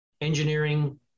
engineering